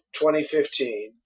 2015